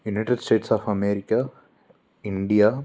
United States of America India